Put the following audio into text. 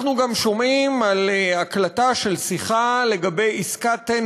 אנחנו גם שומעים על הקלטה של שיחה לגבי עסקת תן